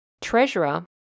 Treasurer